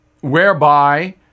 whereby